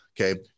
Okay